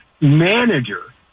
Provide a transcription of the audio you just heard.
manager